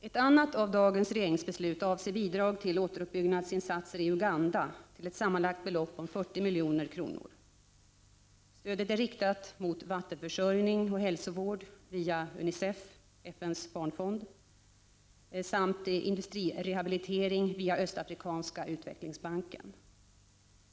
Ett annat av dagens regeringsbeslut avser bidrag till återuppbyggnadsinsatser i Uganda till ett sammanlagt belopp om 40 milj.kr. Stödet är inriktat mot vattenförsörjning och hälsovård via UNICEF, FN:s barnfond, samt industrirehabilitering via Östafrikanska utvecklingsbanken.